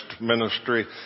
ministry